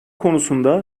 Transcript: konusunda